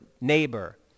neighbor